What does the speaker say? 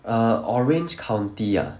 err orange county ah